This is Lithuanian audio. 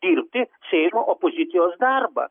dirbti seimo opozicijos darbą